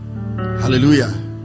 hallelujah